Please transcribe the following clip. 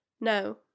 No